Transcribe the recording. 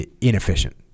inefficient